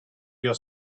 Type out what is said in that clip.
your